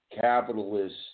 capitalist